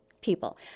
people